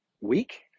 week